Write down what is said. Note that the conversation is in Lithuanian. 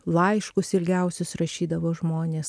laiškus ilgiausius rašydavo žmonės